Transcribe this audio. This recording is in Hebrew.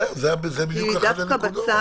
זו אחת הנקודות.